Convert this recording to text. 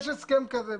יש הסכם כזה.